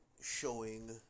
showing